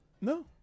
No